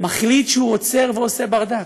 מחליט שהוא עוצר ועושה ברדק.